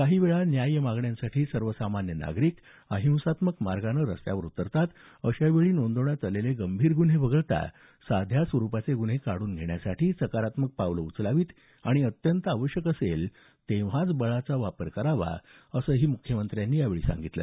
काही वेळा न्याय्य मागण्यांसाठी सर्वसामान्य नागरिक अहिंसात्मक मार्गानं रस्त्यावर उतरतात अशा वेळी नोंदवण्यात आलेले गंभीर गुन्हे वगळता साध्या स्वरुपाचे गुन्हे काढून घेण्यासाठी सकारात्मक पावलं उचलावीत आणि अत्यंत आवश्यक असेल तेव्हाच बळाचा वापर करावा असंही मुख्यमंत्र्यांनी यावेळी सांगितलं